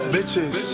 Bitches